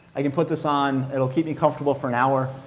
i can put this on. it will keep me comfortable for an hour.